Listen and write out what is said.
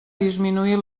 disminuir